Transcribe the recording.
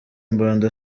mbanda